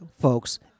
folks